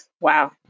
Wow